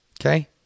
Okay